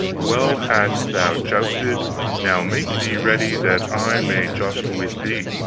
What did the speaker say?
well hast thou justed now make thee ready that i may just with thee.